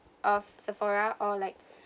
of Sephora or like